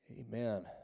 Amen